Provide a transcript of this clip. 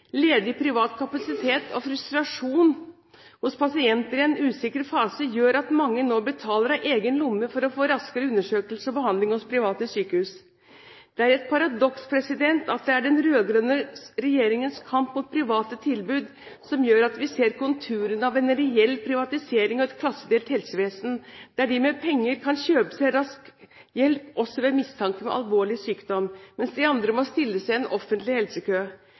ledig privat kapasitet og frustrasjon hos pasienter i en usikker fase gjør at mange nå betaler av egen lomme for å få raskere undersøkelse og behandling ved private sykehus. Det er et paradoks at det er den rød-grønne regjeringens kamp mot private tilbud som gjør at vi ser konturene av en reell privatisering og et klassedelt helsevesen, der de med penger kan kjøpe seg rask hjelp også ved mistanke om alvorlig sykdom, mens de andre må stille seg i en offentlig helsekø.